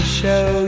show